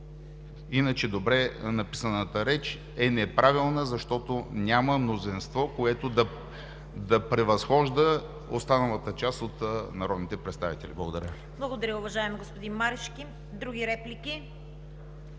Иначе добре написаната реч е неправилна, защото няма мнозинство, което да превъзхожда останалата част от народните представители. Благодаря Ви. ПРЕДСЕДАТЕЛ ЦВЕТА КАРАЯНЧЕВА: Благодаря, уважаеми господин Марешки. Други реплики?